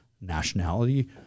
nationality